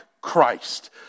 Christ